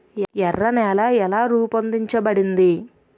ఎర్ర నేల ఎలా రూపొందించబడింది?